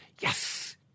yes